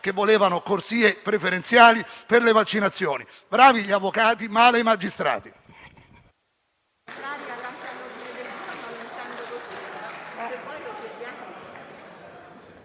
che volevano corsie preferenziali per le vaccinazioni. Bravi gli avvocati, male i magistrati.